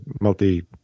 multi